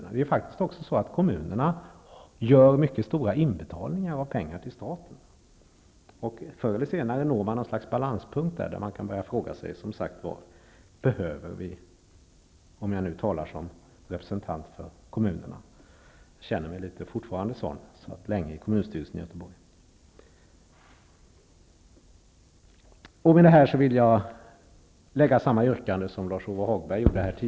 Kommunerna gör faktiskt också mycket stora inbetalningar till staten. Förr eller senare når man fram till en balanspunkt där frågan ställs om behovet av staten. Jag talar som vore jag representant för kommunerna, eftersom jag fortfarande litet grand känner mig som en sådan. Jag har ju länge suttit i kommunstyrelsen i Det jag här har sagt innebär att jag har samma yrkande som det Lars-Ove Hagberg tidigare framförde.